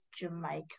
Jamaica